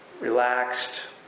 relaxed